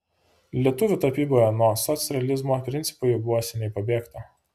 lietuvių tapyboje nuo socrealizmo principų jau buvo seniai pabėgta